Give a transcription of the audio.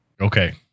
Okay